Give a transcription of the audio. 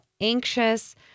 anxious